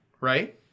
right